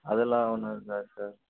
அதெல்லாம் ஒன்றும் இருக்காது சார்